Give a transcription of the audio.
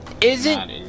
isn't-